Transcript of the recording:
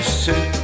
sit